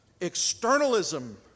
Externalism